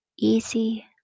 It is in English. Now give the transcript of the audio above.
Easy